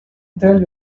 tell